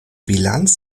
bilanz